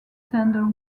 tender